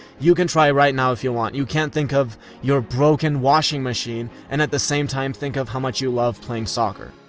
you can try right now if you want. you can't think of your broken washing machine and at the same time, think of how much you love playing soccer.